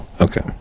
Okay